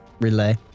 relay